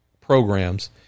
programs